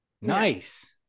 nice